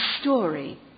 story